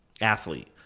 athlete